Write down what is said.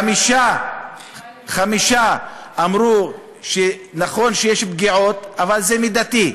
חמישה אמרו: נכון שיש פגיעות, אבל זה מידתי.